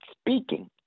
speaking